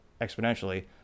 exponentially